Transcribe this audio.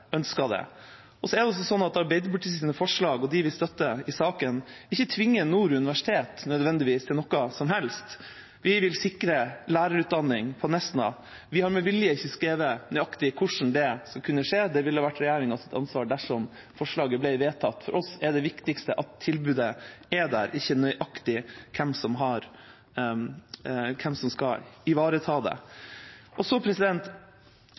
det. Det er altså sånn at Arbeiderpartiets forslag og dem vi støtter i saken, ikke nødvendigvis tvinger Nord universitet til noe som helst. Vi vil sikre lærerutdanning på Nesna. Vi har med vilje ikke skrevet nøyaktig hvordan det skal kunne skje. Det ville ha vært regjeringas ansvar dersom forslaget ble vedtatt. For oss er det viktigste at tilbudet er der, ikke nøyaktig hvem som skal ivareta det. Når vi diskuterer denne saken, er det,